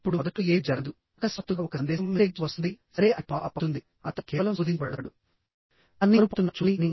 ఇప్పుడు మొదట్లో ఏమీ జరగదు అకస్మాత్తుగా ఒక సందేశం వస్తుంది సరే అది పాప్ అప్ అవుతుంది అతను కేవలం శోదించబడతాడు దాన్ని ఎవరు పంపుతున్నారో చూడాలి అని